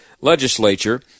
legislature